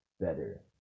better